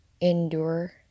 endure